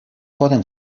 poden